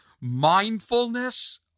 Mindfulness